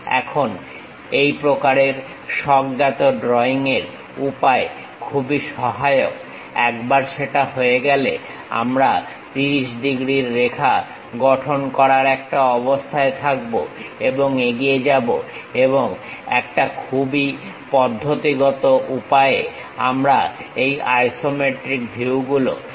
এখন এই প্রকারের স্বজ্ঞাত ড্রইং এর উপায় খুবই সহায়ক একবার সেটা হয়ে গেলে আমরা 30 ডিগ্রীর রেখা গঠন করার একটা অবস্থায় থাকবো এবং এগিয়ে যাবো এবং একটা খুবই পদ্ধতিগত উপায়ে আমরা এই আইসোমেট্রিক ভিউ গুলো গঠন করবো